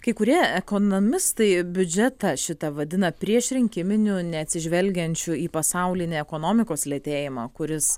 kai kurie ekonomistai biudžetą šitą vadina priešrinkiminiu neatsižvelgiančiu į pasaulinį ekonomikos lėtėjimą kuris